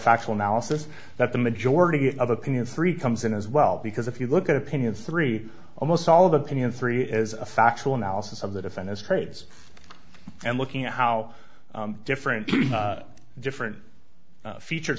factual analysis that the majority of opinions three comes in as well because if you look at opinions three almost all of opinion three is a factual analysis of that event as trades and looking at how different the different features